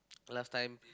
last time